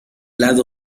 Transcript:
lado